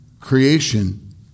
creation